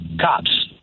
cops